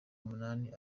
umunani